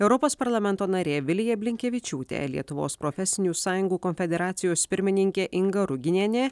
europos parlamento narė vilija blinkevičiūtė lietuvos profesinių sąjungų konfederacijos pirmininkė inga ruginienė